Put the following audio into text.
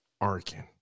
Arkin